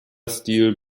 stil